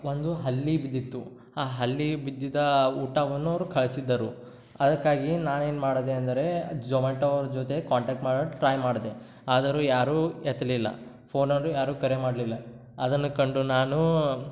ಒಂದು ಹಲ್ಲಿ ಬಿದ್ದಿತ್ತು ಆ ಹಲ್ಲಿ ಬಿದ್ದಿದ ಊಟವನ್ನು ಅವರು ಕಳಿಸಿದ್ದರು ಅದಕ್ಕಾಗಿ ನಾನೇನು ಮಾಡಿದೆ ಅಂದರೆ ಜೊಮ್ಯಾಟೋ ಅವ್ರ ಜೊತೆ ಕಾಂಟ್ಯಾಕ್ಟ್ ಮಾಡಲು ಟ್ರೈ ಮಾಡಿದೆ ಆದರೂ ಯಾರೂ ಎತ್ತಲಿಲ್ಲ ಫೋನಲ್ಲೂ ಯಾರೂ ಕರೆ ಮಾಡಲಿಲ್ಲ ಅದನ್ನು ಕಂಡು ನಾನು